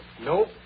Nope